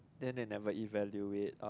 then they never evaluate or